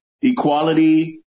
equality